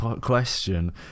question